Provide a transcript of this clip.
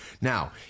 now